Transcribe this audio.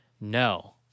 No